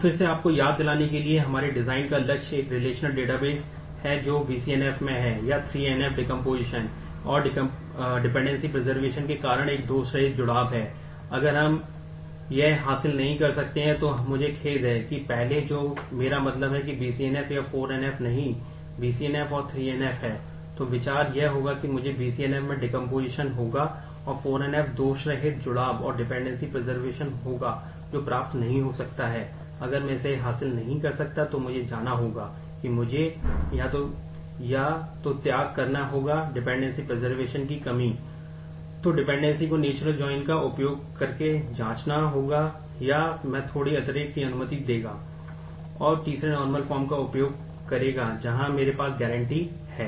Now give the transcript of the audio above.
तो फिर से आपको याद दिलाने के लिए कि हमारे डिजाइन का उपयोग करेगा जहां मेरे पास गारंटी है